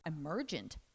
emergent